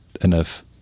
enough